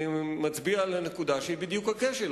מצביע על נקודה שהיא בדיוק הכשל.